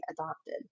adopted